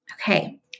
Okay